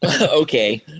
Okay